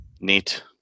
Neat